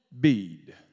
bead